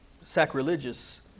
sacrilegious